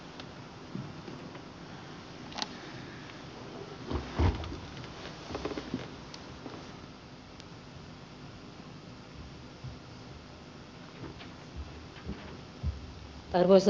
arvoisa puhemies